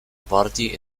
party